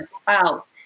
spouse